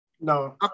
No